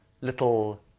little